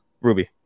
Ruby